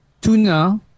tuna